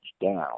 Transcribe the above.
down